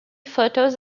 photos